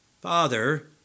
Father